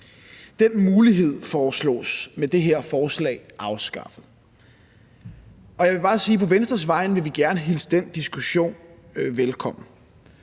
Den mulighed foreslås med det her forslag afskaffet. Og jeg vil bare på Venstres vegne sige, at vi gerne vil hilse den diskussion velkommen.